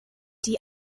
die